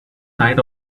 diet